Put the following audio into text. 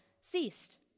ceased